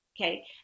okay